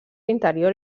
interior